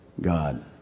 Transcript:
God